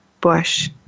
bush